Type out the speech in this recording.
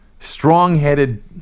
Strong-headed